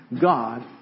God